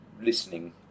listening